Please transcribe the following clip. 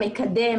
מקדם,